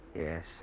Yes